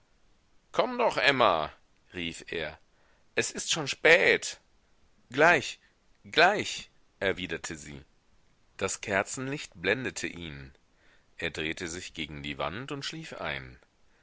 komm doch emma rief er es ist schon spät gleich gleich erwiderte sie das kerzenlicht blendete ihn er drehte sich gegen die wand und schlief ein